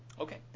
Okay